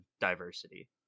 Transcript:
diversity